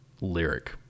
lyric